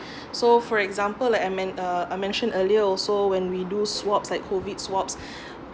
so for example like I men~ uh I mentioned earlier also when we do swabs like COVID swabs